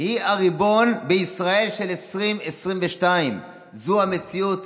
היא הריבון בישראל של 2022. זו המציאות,